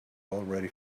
already